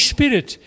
Spirit